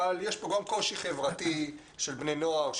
אבל יש פה גם קושי חברתי של בני נוער,